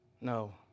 No